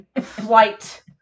flight